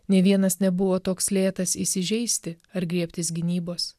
nė vienas nebuvo toks lėtas įsižeisti ar griebtis gynybos